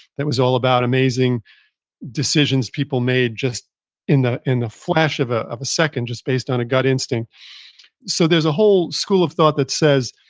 that was all about amazing decisions people made just in the flash of a of a second just based on a gut instinct so there's a whole school of thought that says,